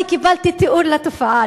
אני קיבלתי תיאור לתופעה,